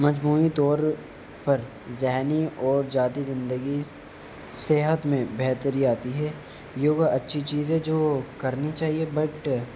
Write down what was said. مجموعی طور پر ذہنی اور ذاتی زندگی صحت میں بہتری آتی ہے یوگا اچّھی چیز ہے جو کرنی چاہیے بٹ